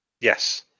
Yes